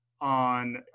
on